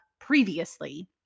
previously